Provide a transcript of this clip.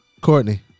courtney